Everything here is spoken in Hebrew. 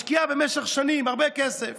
משקיעה במשך הרבה שנים הרבה כסף